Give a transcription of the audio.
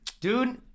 Dude